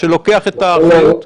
שלוקח את האחריות?